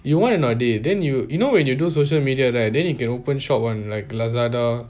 you want or not dey then you you know when you do social media right then you can open shop [one] like lazada